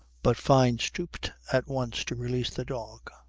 but fyne stooped at once to release the dog.